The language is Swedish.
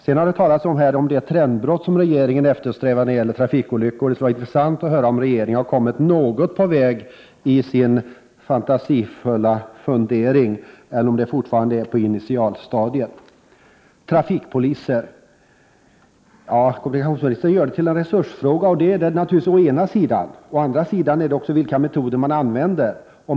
Det har här talats om det trendbrott som regeringen eftersträvar när det gäller trafikolyckor. Det skulle vara intressant att veta om regeringen Prot. 1988/89:124 kommit något på väg i sin fantasifulla fundering, eller om den fortfarande befinner sig på initialstadiet. traga om vilka metoder man anvander.